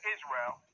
Israel